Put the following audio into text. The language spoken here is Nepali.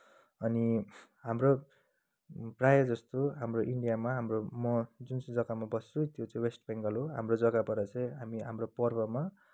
अनि हाम्रो प्रायः जस्तो हाम्रो इन्डियामा हाम्रो म जुन चाहिँ जग्गामा बस्छु त्यो चाहिँ वेस्ट बेङ्गल हो हाम्रो जग्गाबाट चाहिँ हामी हाम्रो पर्वमा